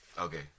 Okay